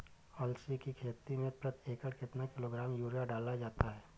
अलसी की खेती में प्रति एकड़ कितना किलोग्राम यूरिया डाला जाता है?